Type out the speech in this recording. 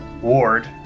Ward